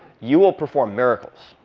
you will perform miracles.